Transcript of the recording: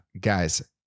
guys